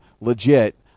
legit